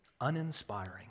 uninspiring